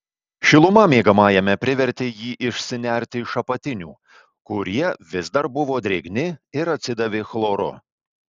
šiluma miegamajame privertė jį išsinerti iš apatinių kurie vis dar buvo drėgni ir atsidavė chloru